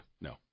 No